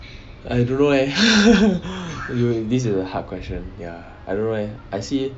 I don't know leh this is a hard question ya I don't know leh I see